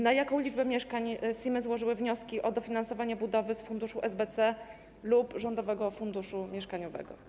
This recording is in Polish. Na jaką liczbę mieszkań SIM-y złożyły wnioski o dofinansowanie budowy z funduszu SBC lub rządowego funduszu mieszkaniowego?